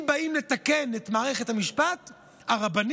אם באים לתקן את מערכת המשפט הרבני,